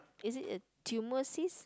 is it a tumour cyst